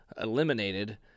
eliminated